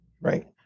Right